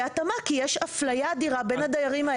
התאמה כי יש הפליה אדירה בין הדיירים.